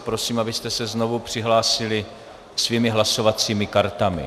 Prosím, abyste se znovu přihlásili svými hlasovacími kartami.